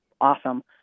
awesome